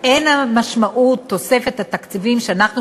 אין משמעות תוספת התקציבים שאנחנו